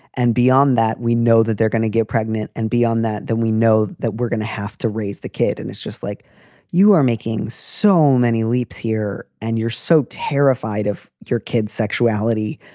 and beyond that, we know that they're gonna get pregnant and beyond that, that we know that we're gonna have to raise the kid. and it's just like you are making so many leaps here and you're so terrified of your kid's sexuality.